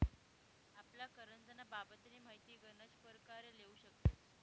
आपला करजंना बाबतनी माहिती गनच परकारे लेवू शकतस